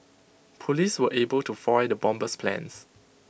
Police were able to foil the bomber's plans